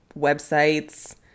websites